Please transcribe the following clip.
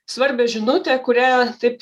svarbią žinutę kurią taip